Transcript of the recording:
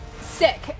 Sick